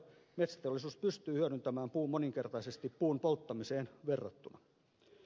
metsäteollisuus pystyy hyödyntämään puun moninkertaisesti puun polttamiseen verrattuna